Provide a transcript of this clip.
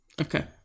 Okay